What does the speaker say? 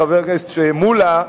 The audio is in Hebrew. חבר הכנסת מולה,